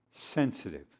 sensitive